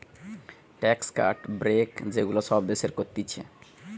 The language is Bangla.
ট্যাক্স কাট, ব্রেক যে গুলা সব দেশের করতিছে